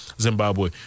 Zimbabwe